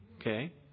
Okay